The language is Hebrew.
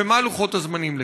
ומה הם לוחות-הזמנים לכך?